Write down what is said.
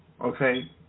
okay